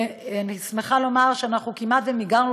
ואני שמחה לומר שאנחנו כמעט ומיגרנו